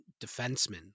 defenseman